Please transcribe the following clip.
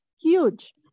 huge